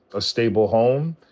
a stable home,